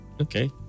Okay